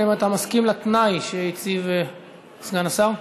האם אתה מסכים לתנאי שהציב סגן השר?